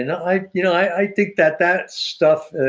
and i you know i think that that stuff,